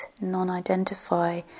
non-identify